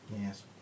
Yes